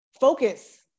focus